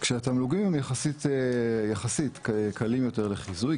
כשהתמלוגים הם יחסית יותר קלים לחיזוי,